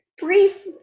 brief